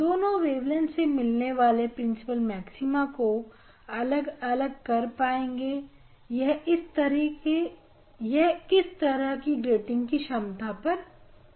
दोनों वेबलिन से मिलने वाले प्रिंसिपल मैक्सिमा को अलग अलग कर पाएंगे यह किस तरह ग्रीटिंग की क्षमता पर निर्धारित करता है